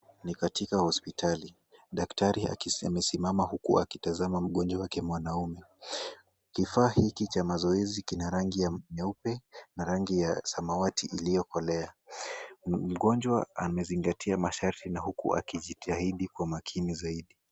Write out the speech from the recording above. Ni katika hospitali, daktari akisi, amesimama huku akitazama mgonjwa wake mwanaume, kifaa hiki cha mazoezi kina rangi ya nyeupe, na rangi ya samawati iliokolea. mgonjwa amezingatia masharti na huku akijitahidi kwa makini zaidi.